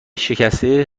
شکسته